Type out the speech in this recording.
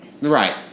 Right